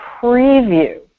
preview